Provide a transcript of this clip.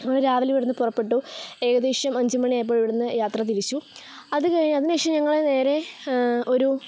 നമ്മൾ രാവിലെ ഇവിടുന്ന് പുറപ്പെട്ടു ഏകദേശം അഞ്ച് മണിയായപ്പോൾ ഇവിടുന്ന് യാത്ര തിരിച്ചു അത് കഴി അതിനുശേഷം ഞങ്ങൾ നേരെ ഒരു